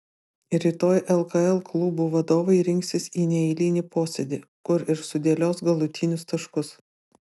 rytoj lkl klubų vadovai rinksis į neeilinį posėdį kur ir sudėlios galutinius taškus